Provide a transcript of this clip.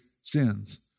sins